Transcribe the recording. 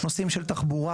נושאים של תחבורה.